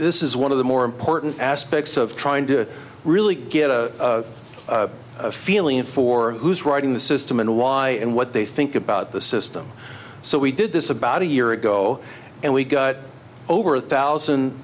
this is one of the more important aspects of trying to really get a feeling for who's writing the system and why and what they think about the system so we did this about a year ago and we got over a thousand